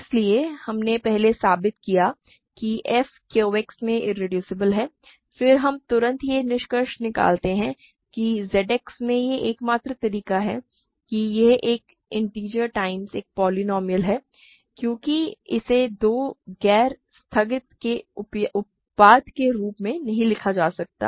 इसलिए हमने पहले साबित किया कि f QX में इरेड्यूसेबल है फिर हम तुरंत यह निष्कर्ष निकालते हैं कि ZX में यह एकमात्र तरीका नहीं है कि यह एक इन्टिजर टाइम्स एक पोलीनोमिअल है क्योंकि इसे दो गैर स्थिरांक के उत्पाद के रूप में नहीं लिखा जा सकता है